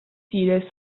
stile